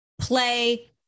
play